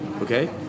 okay